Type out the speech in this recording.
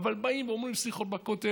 אבל באים ואומרים סליחות בכותל,